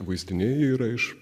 vaizdiniai yra iš